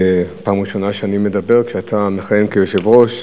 זו פעם ראשונה שאני מדבר ואתה מכהן כיושב-ראש,